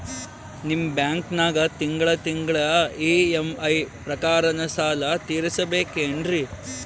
ನಿಮ್ಮ ಬ್ಯಾಂಕನಾಗ ತಿಂಗಳ ತಿಂಗಳ ಇ.ಎಂ.ಐ ಪ್ರಕಾರನ ಸಾಲ ತೀರಿಸಬೇಕೆನ್ರೀ?